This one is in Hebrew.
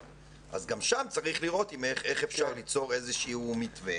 גם שם צריך לראות איך אפשר ליצור איזשהו מתווה.